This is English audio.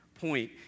point